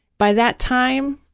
by that time,